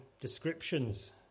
descriptions